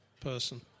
person